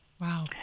Wow